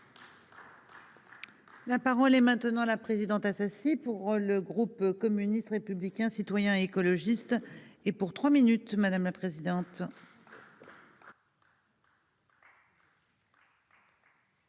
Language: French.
La parole est maintenant à la présidente Assassi pour le groupe communiste, républicain, citoyen et écologiste et pour trois minutes madame la présidente.